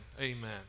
Amen